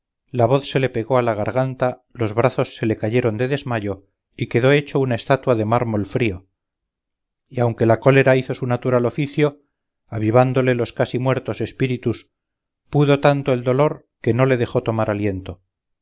la voz se le pegó a la garganta los brazos se le cayeron de desmayo y quedó hecho una estatua de mármol frío y aunque la cólera hizo su natural oficio avivándole los casi muertos espíritus pudo tanto el dolor que no le dejó tomar aliento